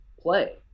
play